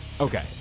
Okay